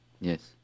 Yes